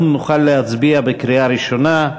אנחנו נוכל להצביע בקריאה ראשונה.